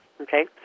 Okay